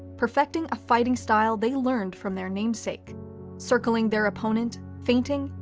perfecting a fighting style they learned from their namesake circling their opponent, feinting,